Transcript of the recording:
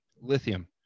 Lithium